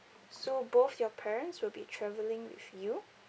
so both your parents will be travelling with you